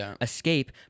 Escape